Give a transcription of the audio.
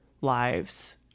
lives